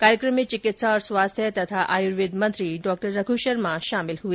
कार्यक्रम में चिकित्सा और स्वास्थ्य तथा आयुर्वेद मंत्री डा रघ् शर्मा शामिल हुए